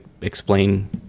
explain